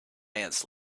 ants